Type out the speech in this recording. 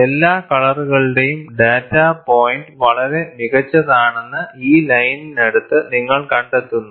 എല്ലാ കളറുകളുടെയും data point വളരെ മികച്ചതാണെന്ന് ഈ ലൈനിനടുത്ത് നിങ്ങൾ കണ്ടെത്തുന്നു